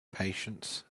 patience